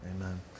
amen